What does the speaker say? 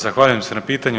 Zahvaljujem se na pitanju.